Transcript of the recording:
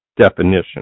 definition